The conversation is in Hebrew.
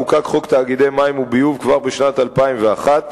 חוקק חוק תאגידי מים וביוב כבר בשנת 2001,